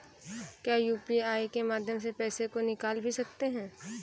क्या यू.पी.आई के माध्यम से पैसे को निकाल भी सकते हैं?